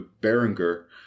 Berenger